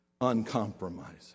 uncompromising